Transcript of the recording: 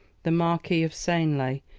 the marquis of seignelay,